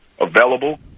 available